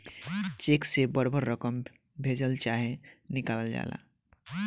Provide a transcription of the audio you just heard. check से बड़ बड़ रकम भेजल चाहे निकालल जाला